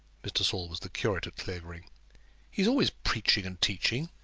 mr. saul was the curate of clavering he is always preaching and teaching.